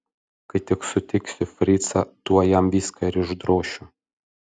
kai tik sutiksiu fricą tuoj jam viską ir išdrošiu